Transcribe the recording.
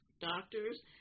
Doctors